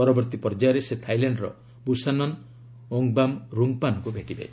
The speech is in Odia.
ପରବର୍ତ୍ତୀ ପର୍ଯ୍ୟାୟରେ ସେ ଥାଇଲ୍ୟାଣ୍ଡ୍ର ବୁସାନନ୍ ଓଙ୍ଗ୍ବାମ୍ ରୁଙ୍ଗ୍ଫାନ୍ ଙ୍କୁ ଭେଟିବେ